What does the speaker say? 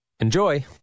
Enjoy